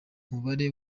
umubare